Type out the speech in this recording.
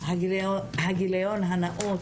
הגילוי הנאות,